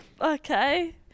okay